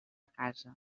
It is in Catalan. casa